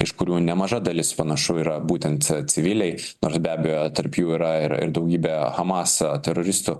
iš kurių nemaža dalis panašu yra būtent ci civiliai nors be abejo tarp jų yra ir ir daugybė hamas teroristų